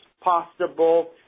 possible